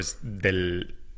del